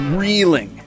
reeling